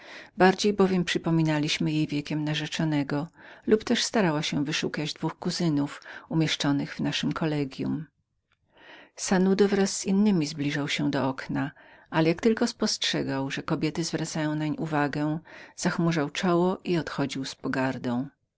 bardziej bowiem przypominaliśmy jej wiekiem margrabiego de fuez y castilla lub też starała się wyszukać dwóch krewnych umieszczonych w naszem kollegium sanudo wraz z innymi zbliżał się do okna ale jak tylko postrzegał że kobiety zwracały nań uwagę zachmurzał czoło i odchodził z pogardą